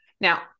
Now